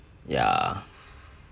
ya